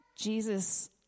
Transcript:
Jesus